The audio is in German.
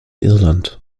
irland